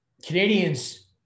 Canadians